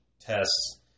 tests